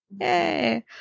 yay